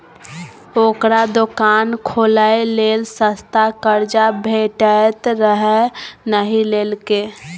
ओकरा दोकान खोलय लेल सस्ता कर्जा भेटैत रहय नहि लेलकै